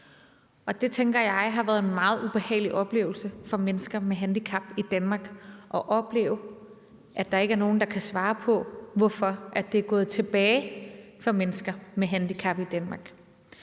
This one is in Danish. Det tænker jeg har været en meget ubehagelig oplevelse for mennesker med handicap i Danmark – at opleve, at der ikke er nogen, der kan svare på, hvorfor det er gået tilbage for mennesker med handicap i Danmark.